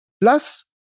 Plus